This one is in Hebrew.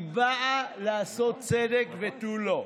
היא באה לעשות צדק ותו לא.